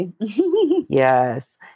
yes